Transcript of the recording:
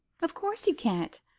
of course you can't,